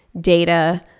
data